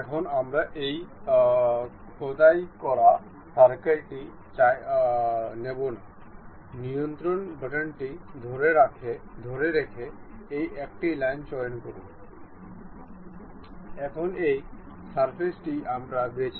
এখানে আমরা এই ট্র্যাক এবং এই চাকা আছে